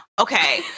Okay